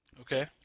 Okay